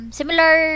Similar